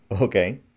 Okay